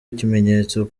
ikimenyetso